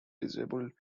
disabled